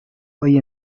hoy